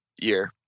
year